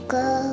go